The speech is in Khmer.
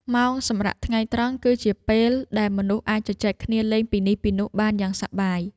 ម៉ោងសម្រាកថ្ងៃត្រង់គឺជាពេលដែលមនុស្សអាចជជែកគ្នាលេងពីនេះពីនោះបានយ៉ាងសប្បាយ។